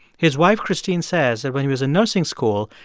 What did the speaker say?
his wife, christine, says that when he was in nursing school,